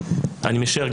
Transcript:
אני משער,